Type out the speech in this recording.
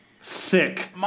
Sick